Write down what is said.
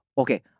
okay